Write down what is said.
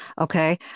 Okay